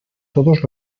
todos